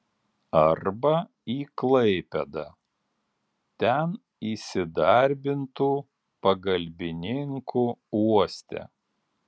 arba į klaipėdą ten įsidarbintų pagalbininku uoste